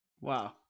Wow